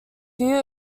few